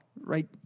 right